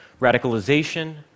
radicalization